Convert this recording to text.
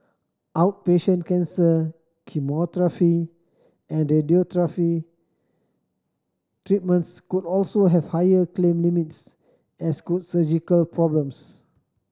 outpatient cancer chemotherapy and radiotherapy treatments could also have higher claim limits as could surgical problems